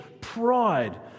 pride